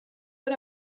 but